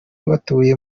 batuye